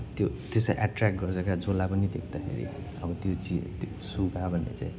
त्यो त्यो चाहिँ एट्र्याक गर्छ के जसलाई पनि देख्दाखेरि अब त्यो चिज त्यो सुगा भन्ने चाहिँ